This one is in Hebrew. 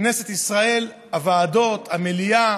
כנסת ישראל, הוועדות והמליאה,